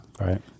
Right